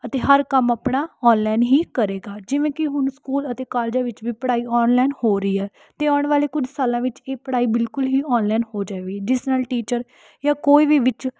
ਅਤੇ ਹਰ ਕੰਮ ਆਪਣਾ ਆਨਲਾਈਨ ਹੀ ਕਰੇਗਾ ਜਿਵੇਂ ਕਿ ਹੁਣ ਸਕੂਲ ਅਤੇ ਕਾਲਜਾਂ ਵਿੱਚ ਵੀ ਪੜ੍ਹਾਈ ਆਨਲਾਈਨ ਹੀ ਹੋ ਰਹੀ ਹੈ ਅਤੇ ਆਉਣ ਵਾਲੇ ਕੁਝ ਸਾਲਾਂ ਵਿੱਚ ਇਹ ਪੜ੍ਹਾਈ ਬਿਲਕੁਲ ਹੀ ਆਨਲਾਈਨ ਹੋ ਜਾਵੇਗੀ ਜਿਸ ਨਾਲ ਟੀਚਰ ਜਾਂ ਕੋਈ ਵੀ ਵਿੱਚ